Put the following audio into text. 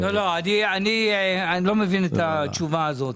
אני לא מבין את התשובה הזאת.